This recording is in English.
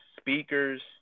speakers